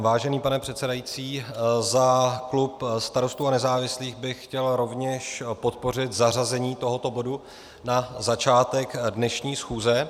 Vážený pane předsedající, za klub Starostů a nezávislých bych chtěl rovněž podpořit zařazení tohoto bodu na začátek dnešní schůze.